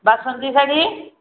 ବାସନ୍ତ ଶାଢ଼ୀ